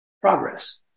progress